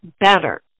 better